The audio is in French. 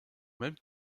même